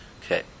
Okay